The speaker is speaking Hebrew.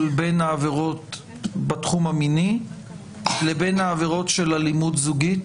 בין העבירות בתחום המיני לבין העבירות של אלימות זוגית?